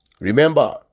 remember